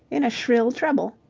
in a shrill treble.